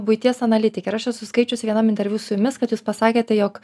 buities analitike ir aš esu skaičius vienam interviu su jumis kad jūs pasakėte jog